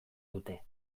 dute